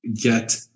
get